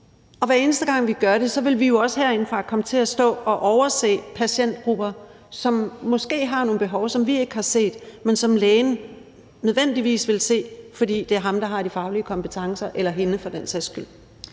Hver eneste gang vi gør det, vil vi jo også herindefra komme til at overse patientgrupper, som måske har nogle behov, som vi ikke har set, men som lægen nødvendigvis vil se, fordi det er ham, eller hende for den sags skyld,